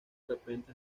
repente